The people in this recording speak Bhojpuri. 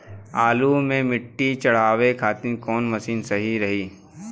आलू मे मिट्टी चढ़ावे खातिन कवन मशीन सही रही?